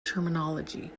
terminology